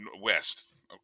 west